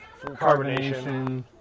carbonation